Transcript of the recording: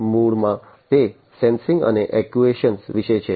મૂળમાં તે સેન્સિંગ અને એક્ટ્યુએશન વિશે છે